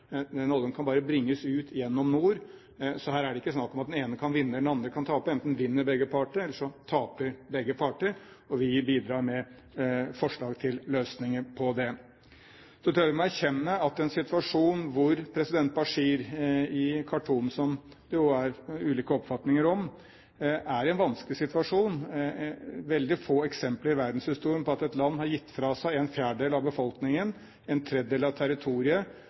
det ikke snakk om at den ene kan vinne, og den andre kan tape. Enten vinner begge parter, eller så taper begge parter. Og vi bidrar med forslag til løsningen på det. Så tror jeg vi må erkjenne at president al-Bashir i Khartoum, som vi jo har ulike oppfatninger om, er i en vanskelig situasjon. Det er veldig få eksempler i verdenshistorien på at et land har gitt fra seg en fjerdedel av befolkningen, en tredjedel av territoriet,